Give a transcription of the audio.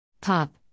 Pop